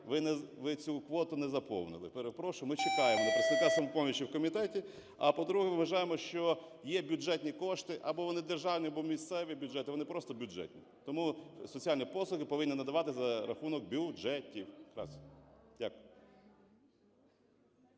ви цю квоту не заповнили. Перепрошую, ми чекаємо на представника "Самопомочі" в комітеті. А, по-друге, ми вважаємо, що є бюджетні кошти, або вони державні, або місцеві бюджети – вони просто бюджетні. Тому соціальні послуги повинні надавати за рахунок бюджетів.